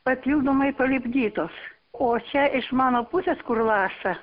papildomai palipdytos o čia iš mano pusės kur laša